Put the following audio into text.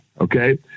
okay